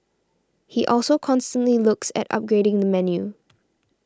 he also constantly looks at upgrading the menu